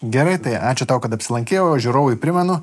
gerai tai ačiū tau kad apsilankei o žiūrovui primenu